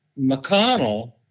McConnell